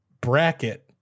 bracket